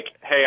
hey